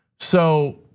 so,